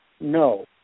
No